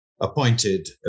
appointed